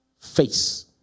face